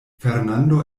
fernando